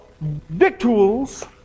victuals